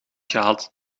gehad